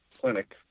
clinic